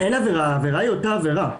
העבירה היא אותה עבירה.